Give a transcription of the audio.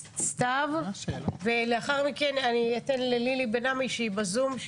סתיו, ולאחר מכן אני אתן ללילי בן עמי שהיא בזום.